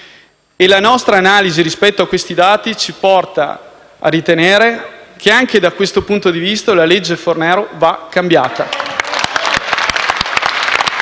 La nostra analisi rispetto a questi dati ci porta a ritenere che, anche da questo punto di vista, la legge Fornero va cambiata.